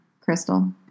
Crystal